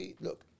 look